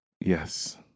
Yes